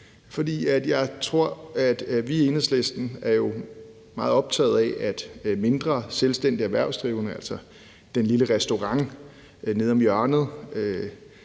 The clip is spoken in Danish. i det her. For vi er i Enhedslisten jo meget optagede af, at de mindre, selvstændige erhvervsdrivende, altså den lille restaurant nede om hjørnet,